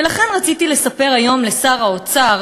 ולכן רציתי לספר היום לשר האוצר,